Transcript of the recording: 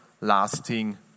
lasting